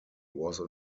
was